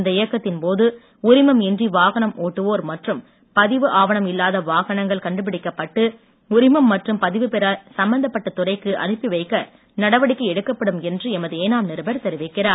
இந்த இயக்கத்தின் போது உரிமம் இன்றி வாகனம் ஒட்டுவோர் மற்று பதிவு ஆவணம் இல்லாத வாகனங்கள் கண்டுபிடிக்கப் பட்டு உரிமம் மற்றும் பதிவு பெற சம்பந்தப்பட்ட துறைக்கு அனுப்பிவைக்க நடவடிக்கை எடுக்கப்படும் என்று எமது ஏனாம் நிருபர் தெரிவிக்கிறார்